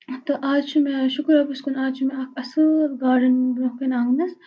تہٕ آز چھُ مےٚ شُکُر رۄبَس کُن آز چھِ مےٚ اَکھ اَصل گاڈَن بروںٛہہ کَنہِ آنٛگنَس